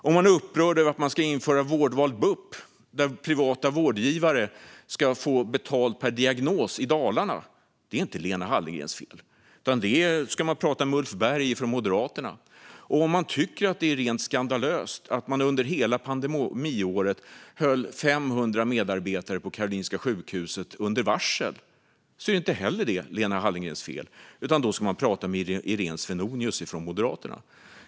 Om man är upprörd över att det ska införas vårdval bup i Dalarna, där privata vårdgivare ska få betalt per diagnos, är det inte Lena Hallengrens fel. Då får man prata med moderaten Ulf Berg. Om man tycker att det är rent skandalöst att Karolinska sjukhuset varslade 500 medarbetare under pandemiåret är det inte heller Lena Hallengrens fel, utan man får prata med moderaten Iréne Svenonius.